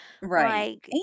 Right